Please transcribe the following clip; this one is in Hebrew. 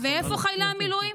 איפה חיילי המילואים?